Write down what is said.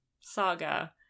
saga